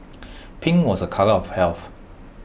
pink was A colour of health